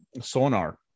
sonar